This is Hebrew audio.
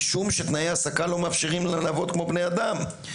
משום שתנאי ההעסקה לא מאפשרים להם לעבוד כמו בני אדם,